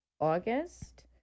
august